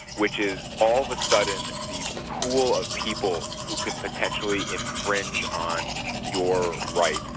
which is all of a sudden the pool of people who can potentially infringe on your rights,